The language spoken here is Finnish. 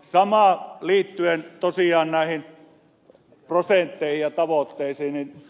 sama liittyen tosiaan näihin prosentteihin ja tavoitteisiin